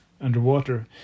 underwater